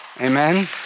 Amen